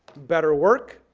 better work.